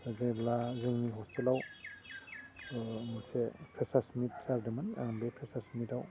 जेब्ला जोंनि हस्टेलाव मोनसे फ्रेसारस मिट जादोंमोन आं बे फ्रेसारस मिटआव